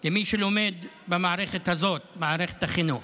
של מי שלומד במערכת הזאת, מערכת החינוך.